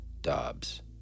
Dobbs